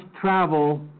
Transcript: travel